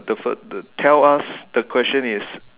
the first the tell us the question is